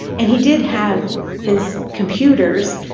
and he did have his computers,